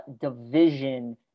division